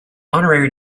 honorary